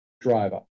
driver